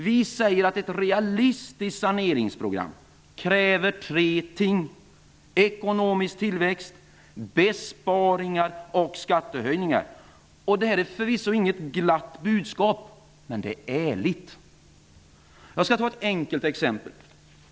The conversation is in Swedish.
Vi säger att ett realistiskt saneringsprogram kräver tre ting: ekonomisk tillväxt, besparingar och skattehöjningar. Det är förvisso inget glatt budskap, men det är ärligt. Jag skall ta ett enkelt exempel.